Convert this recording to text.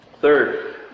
Third